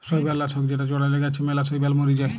শৈবাল লাশক যেটা চ্ড়ালে গাছে ম্যালা শৈবাল ম্যরে যায়